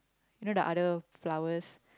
you know the other flowers